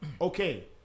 okay